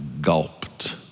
gulped